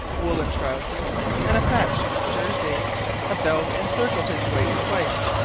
woollen trousers and a patched jersey a belt encircled his waist twice.